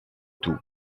tout